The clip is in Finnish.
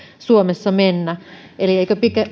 suomessa mennä eikö